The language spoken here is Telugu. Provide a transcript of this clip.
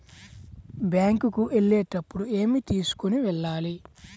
బ్యాంకు కు వెళ్ళేటప్పుడు ఏమి తీసుకొని వెళ్ళాలి?